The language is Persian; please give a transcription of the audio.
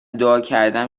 دعاکردم